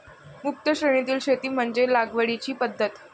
मुक्त श्रेणीतील शेती म्हणजे लागवडीची पद्धत